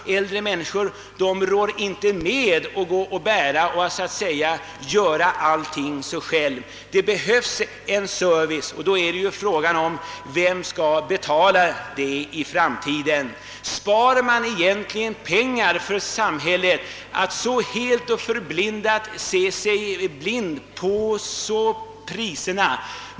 Äldre människor rår inte med att gå och bära och »göra allting själv». Det behövs service, och då är frågan vem som i framtiden skall betala den. Spar man egentligen pengar åt samhället genom att så helt stirra sig blind på priserna?